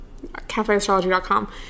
cafeastrology.com